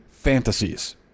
fantasies